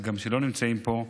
וגם שלא נמצאים פה,